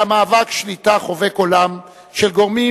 אלא מאבק שליטה חובק עולם של גורמים